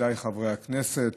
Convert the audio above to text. מכובדיי חברי הכנסת,